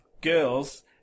girls